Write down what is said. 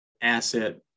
asset